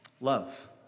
Love